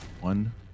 One